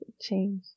change